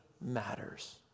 matters